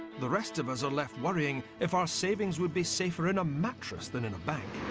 the rest of us are left worrying if our savings would be safer in a mattress than in a bank.